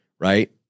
Right